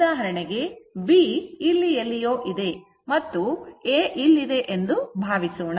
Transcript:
ಉದಾಹರಣೆಗೆ B ಇಲ್ಲಿ ಎಲ್ಲೋ ಇದೆ ಮತ್ತು A ಇಲ್ಲಿದೆ ಎಂದು ಭಾವಿಸೋಣ